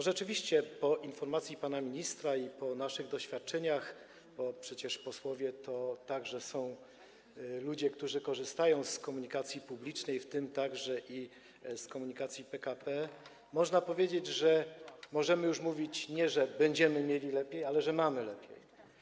Rzeczywiście po informacji pana ministra i na podstawie naszych doświadczeń - bo przecież posłowie to także są ludzie, którzy korzystają z komunikacji publicznej, w tym także i z komunikacji PKP - można powiedzieć, że możemy już mówić nie tyle, że będziemy mieli lepiej, ile że mamy lepiej.